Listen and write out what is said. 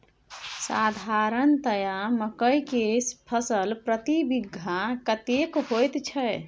साधारणतया मकई के फसल प्रति बीघा कतेक होयत छै?